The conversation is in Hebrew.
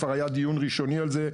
כבר היה דיון ראשוני על זה,